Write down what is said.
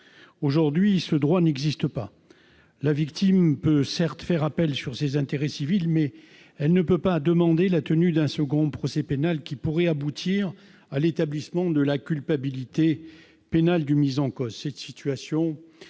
Aujourd'hui, ce droit n'existe pas : la victime peut certes faire appel sur ses intérêts civils, mais elle ne peut pas demander la tenue d'un second procès pénal, qui pourrait aboutir à l'établissement de la culpabilité pénale du mis en cause.